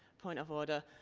point of order.